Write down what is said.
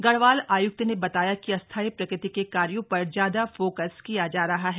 गढ़वाल आय्क्त ने बताया कि अस्थायी प्रकृति के कार्यों पर ज्यादा फोकस किया जा रहा है